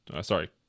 sorry